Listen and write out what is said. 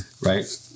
Right